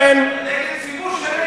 נגד ציבור שלם הוא מסית.